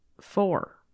four